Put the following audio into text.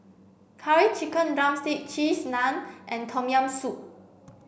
curry chicken drumstick cheese naan and tom yam soup